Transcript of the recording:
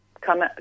Come